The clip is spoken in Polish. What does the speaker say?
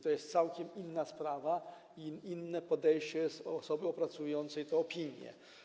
To jest całkiem inna sprawa i inne jest podejście osoby opracowującej tę opinię.